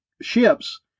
ships